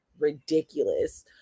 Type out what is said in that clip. ridiculous